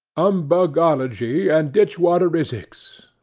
umbugology and ditchwaterisics.